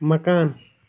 مکان